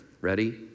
Ready